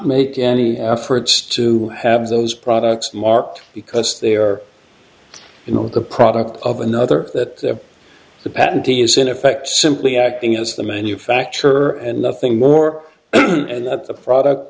make any efforts to have those products marked because they are you know the product of another that the patent key is in effect simply acting as the manufacturer and nothing more and that the product